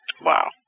Wow